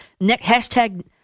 Hashtag